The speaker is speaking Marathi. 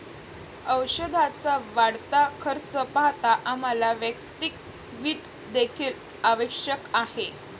औषधाचा वाढता खर्च पाहता आम्हाला वैयक्तिक वित्त देखील आवश्यक आहे